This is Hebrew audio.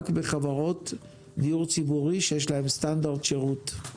בחברות דיור ציבורי שיש להן סטנדרט שירות,